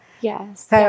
Yes